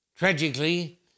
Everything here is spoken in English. Tragically